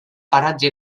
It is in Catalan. paratge